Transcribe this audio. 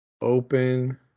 open